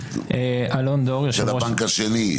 של הבנק השני,